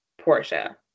Portia